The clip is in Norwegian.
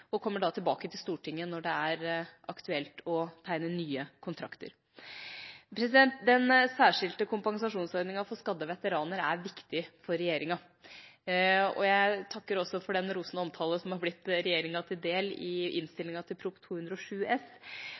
og kommer tilbake til Stortinget når det er aktuelt å tegne nye kontrakter. Den særskilte kompensasjonsordningen for skadde veteraner er viktig for regjeringa. Jeg takker også for den rosende omtalen som er blitt regjeringa til del i innstillingen til Prop. 207 S